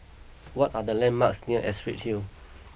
what are the landmarks near Astrid Hill